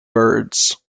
birds